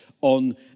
on